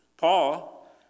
Paul